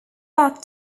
back